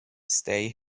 stay